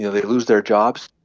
yeah they lose their jobs.